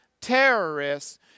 terrorists